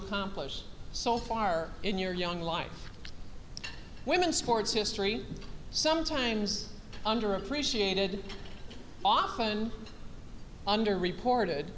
accomplish so far in your young life women sports history sometimes underappreciated often under reported